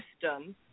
system